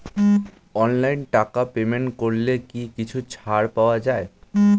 অনলাইনে টাকা পেমেন্ট করলে কি কিছু টাকা ছাড় পাওয়া যায়?